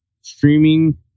streaming